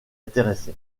intéressé